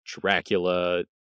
Dracula